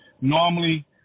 normally